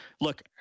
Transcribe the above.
Look